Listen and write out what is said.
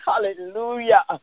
Hallelujah